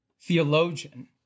theologian